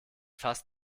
fast